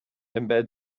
embed